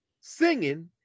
singing